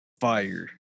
Fire